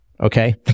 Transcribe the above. okay